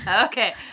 Okay